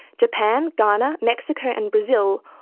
japan, ghana, mexico and brazil,